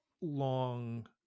long